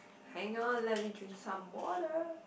hang on let me drink some water